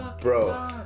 bro